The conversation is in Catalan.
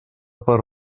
per